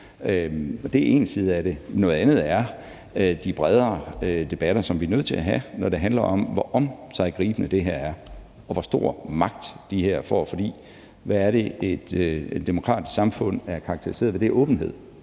Det er én side af det. En anden er de bredere debatter, som vi er nødt til at have, når det handler om, hvor omsiggribende det her er, og hvor stor magt de her får. For hvad er det, et demokratisk samfund er karakteriseret ved? Det er åbenhed,